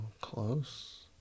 close